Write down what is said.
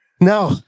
Now